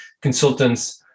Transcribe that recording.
consultants